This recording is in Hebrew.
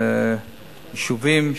ליישובים,